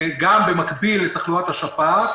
גם במקביל לתחלואת השפעת.